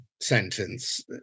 sentence